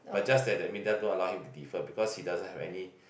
but just that that Mindef doesn't allow him to defer because he doesn't have any